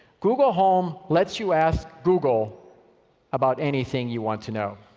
google home lets you ask google about anything you want to know.